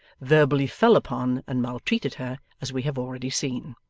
verbally fell upon and maltreated her as we have already seen.